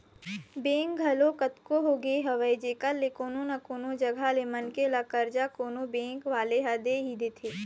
bank घलोक कतको होगे हवय जेखर ले कोनो न कोनो जघा ले मनखे ल करजा कोनो बेंक वाले ह दे ही देथे